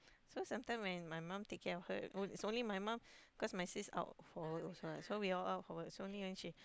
so sometime when my mum take care of her it's only my mum cause my sis out for so we all out for work it's only when she